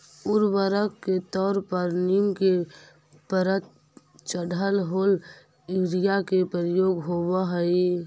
उर्वरक के तौर पर नीम के परत चढ़ल होल यूरिया के प्रयोग होवऽ हई